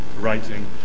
writing